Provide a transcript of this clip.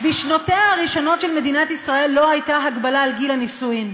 בשנותיה הראשונות של מדינת ישראל לא הייתה הגבלה על גיל הנישואים.